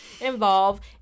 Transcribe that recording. involved